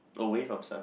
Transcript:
away from sun